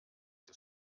des